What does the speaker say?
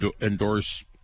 endorse